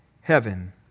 heaven